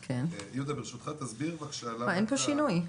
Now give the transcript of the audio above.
יהודה, ברשותך, תסביר בבקשה --- אין פה שינוי.